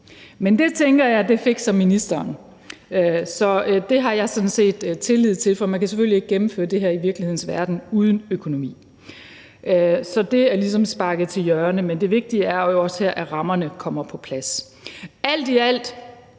Men det tænker jeg at ministeren fikser. Så det har jeg sådan set tillid til, for man kan selvfølgelig ikke gennemføre det her i virkelighedens verden uden økonomien. Så det er ligesom sparket til hjørne, men det vigtige her er jo også, at rammerne kommer på plads. Alt i alt